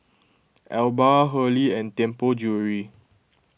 Alba Hurley and Tianpo Jewellery